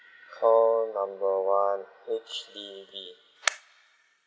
call number H_D_B